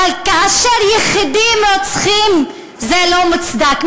אבל כאשר יחידים רוצחים זה לא מוצדק.